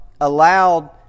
allowed